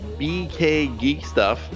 BKGeekStuff